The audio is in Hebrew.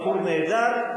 בחור נהדר.